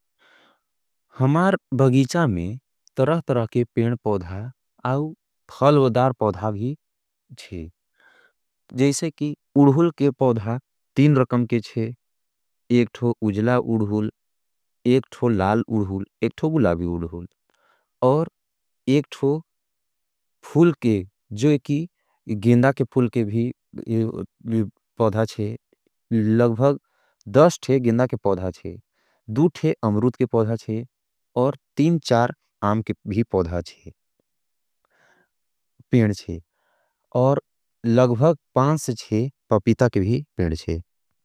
हमार भगीचा में तरह तरह के पेण पौधा, आऊ फ़लवदार पौधा भी है। जैसे कि उड़हूल के पौधा तीन रकम के है। एक थो उजला उड़हूल, एक थो लाल उड़हूल, एक थो गुलाबी उड़हूल। और एक थो फूल के, जो एकी गेंदा के फूल के भी पौधा थे। लगभग दस थे गेंदा के पौधा थे। दू थे अमरूत के पौधा थे। और तीन चार आम के भी पौधा थे। पेण थे। और लगभग पांच थे पपीता के भी पेण थे।